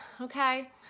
Okay